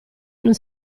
non